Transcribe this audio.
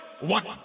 one